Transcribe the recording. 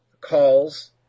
calls